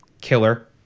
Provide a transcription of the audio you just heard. killer